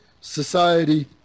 society